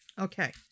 Okay